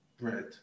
bread